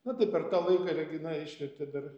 na tai per tą laiką regina išvertė dar